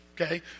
okay